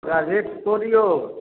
एकरा रेट तोड़िऔ